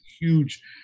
huge